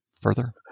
further